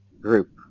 group